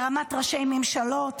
ברמת ראשי ממשלות,